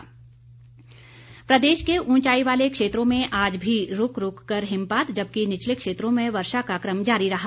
मौसम प्रदेश के ऊंचाई वाले क्षेत्रों में आज भी रूक रूक कर हिमपात जबकि निचले क्षेत्रों में वर्षा का क्रम जारी रहा